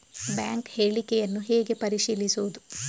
Bank ಹೇಳಿಕೆಯನ್ನು ಹೇಗೆ ಪರಿಶೀಲಿಸುವುದು?